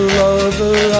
lover